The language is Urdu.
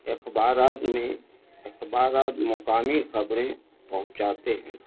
اخبارات میں اخبارات مقامی خبریں پہنچاتے ہیں